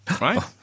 right